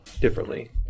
differently